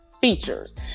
features